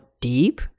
deep